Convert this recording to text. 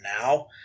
now